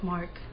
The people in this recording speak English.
Mark